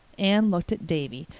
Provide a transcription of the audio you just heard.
anne looked at davy,